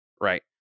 Right